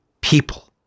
people